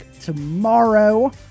tomorrow